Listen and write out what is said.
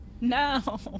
no